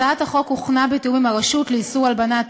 הצעת החוק הוכנה בתיאום עם הרשות לאיסור הלבנת